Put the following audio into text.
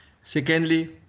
Secondly